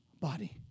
Body